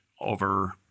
over